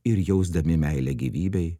ir jausdami meilę gyvybei